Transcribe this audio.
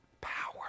power